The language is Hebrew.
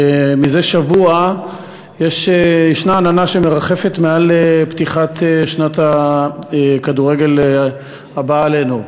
מזה שבוע עננה מרחפת מעל פתיחת שנת הכדורגל הבאה עלינו,